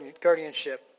guardianship